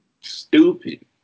Stupid